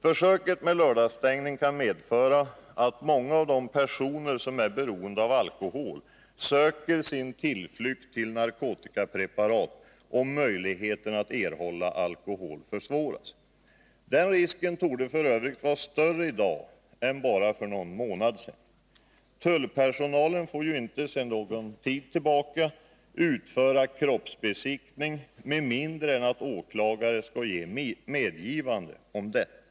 Försöket med lördagsstängning kan medföra att många av de personer som är beroende av alkohol söker sin tillflykt till narkotikapreparat, om möjligheterna att erhålla alkohol försvåras. Den risken torde f. ö. vara större i dag än för bara några månader sedan. Tullpersonalen får ju sedan någon tid tillbaka inte utföra kroppsbesiktning med mindre än att åklagare skall lämna medgivande om detta.